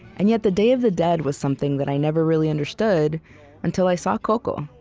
and yet the day of the dead was something that i never really understood until i saw coco,